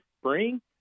spring